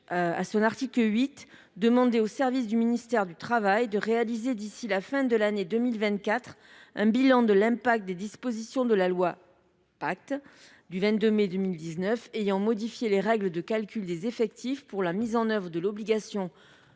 en son article 8, « aux services du ministère du travail de réaliser d’ici la fin de l’année 2024 un bilan de l’impact des dispositions de la loi […] Pacte du 22 mai 2019 ayant modifié les règles de calcul des effectifs pour la mise en œuvre de l’obligation